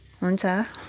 हुन्छ